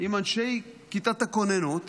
עם אנשי כיתת הכוננות,